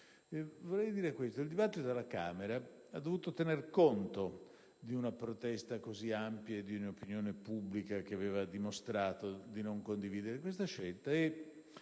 Il dibattito alla Camera ha dovuto tener conto di una protesta così ampia e del fatto che l'opinione pubblica aveva dimostrato di non condividere questa scelta,